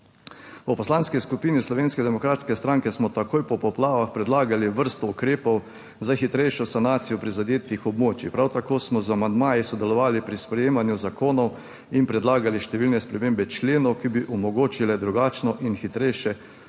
V Poslanski skupini Slovenske demokratske stranke smo takoj po poplavah predlagali vrsto ukrepov za hitrejšo sanacijo prizadetih območij. Prav tako smo z amandmaji sodelovali pri sprejemanju zakonov in predlagali številne spremembe členov, ki bi omogočile drugačno in hitrejše umeščanje